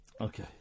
Okay